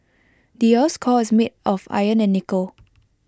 the Earth's core is made of iron and nickel